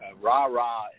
rah-rah